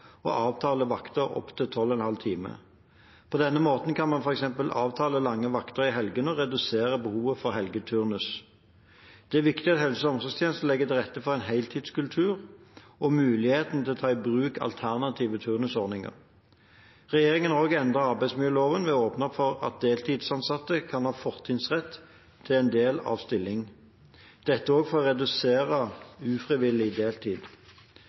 å avtale vakter opp til 12,5 timer. På den måten kan man f.eks. avtale lange vakter i helgene og redusere behovet for helgeturnus. Det er viktig at helse- og omsorgstjenestene legger til rette for en heltidskultur og muligheten for å ta i bruk alternative turnusordninger. Regjeringen har også endret arbeidsmiljøloven ved å åpne for at deltidsansatte kan ha fortrinnsrett til en del av stilling, dette også for å redusere ufrivillig deltid.